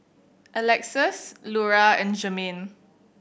Alexus Lura and Jermaine